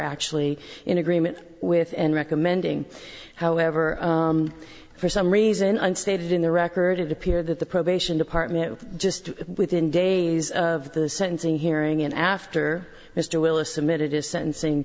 actually in agreement with and recommending however for some reason i stated in the record it appear that the probation department just within days of the sentencing hearing and after mr willis submitted his sentencing